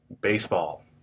baseball